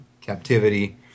captivity